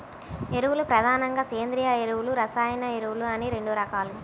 ఎరువులు ప్రధానంగా సేంద్రీయ ఎరువులు, రసాయన ఎరువులు అని రెండు రకాలు